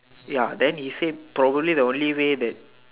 ya then he say probably the only way that